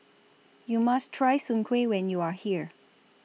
YOU must Try Soon Kway when YOU Are here